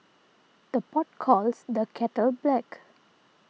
the pot calls the kettle black